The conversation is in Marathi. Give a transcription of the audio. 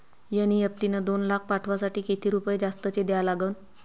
एन.ई.एफ.टी न दोन लाख पाठवासाठी किती रुपये जास्तचे द्या लागन?